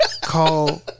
Call